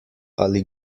ali